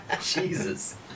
Jesus